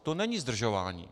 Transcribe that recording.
To není zdržování.